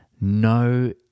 no